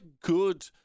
good